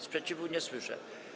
Sprzeciwu nie słyszę.